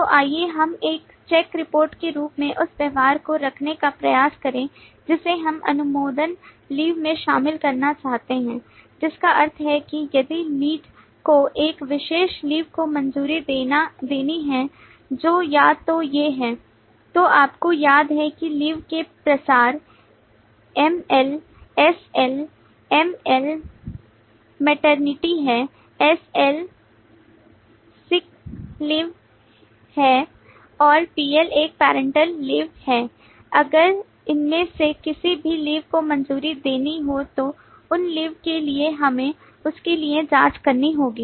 तो आइए हम एक चेक रिपोर्ट के रूप में उस व्यवहार को रखने का प्रयास करें जिसे हम अनुमोदन लीवमें शामिल करना चाहते हैं जिसका अर्थ है कि यदि लीड को एक विशेष लीवको मंजूरी देनी है जो या तो ये हैं तो आपको याद है कि लीव के प्रकार ML SL ML मैटरनिटी है SL सिक लीव है और पीएल एक पेरेंटल लीव है अगर इनमें से किसी भी लीव को मंजूरी देनी है तो उन लीव के लिए हमें इसके लिए जांच करनी होगी